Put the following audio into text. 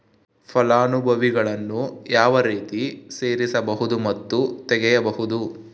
ಫಲಾನುಭವಿಗಳನ್ನು ಯಾವ ರೇತಿ ಸೇರಿಸಬಹುದು ಮತ್ತು ತೆಗೆಯಬಹುದು?